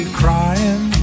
crying